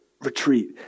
retreat